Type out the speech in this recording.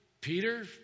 Peter